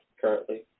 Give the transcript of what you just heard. currently